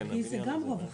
זה גם רובע ח'.